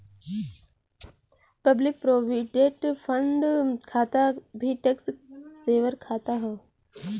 public provident fund खाता भी tax saver खाता हौ